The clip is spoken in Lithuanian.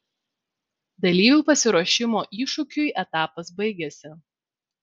dalyvių pasiruošimo iššūkiui etapas baigiasi